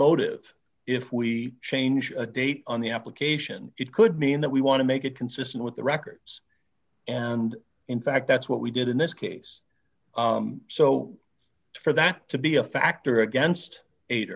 motive if we change a date on the application it could mean that we want to make it consistent with the records and in fact that's what we did in this case so for that to be a factor against eight